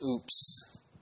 oops